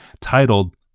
titled